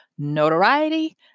Notoriety